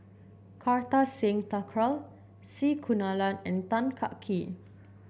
Kartar Singh Thakral C Kunalan and Tan Kah Kee